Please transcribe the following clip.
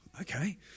okay